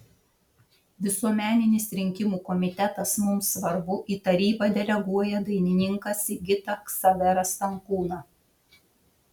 visuomeninis rinkimų komitetas mums svarbu į tarybą deleguoja dainininką sigitą ksaverą stankūną